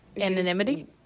Anonymity